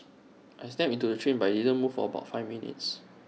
I stepped into the train but IT didn't move for about five minutes